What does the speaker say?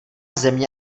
země